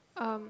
um